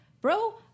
bro